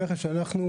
אנחנו,